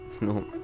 No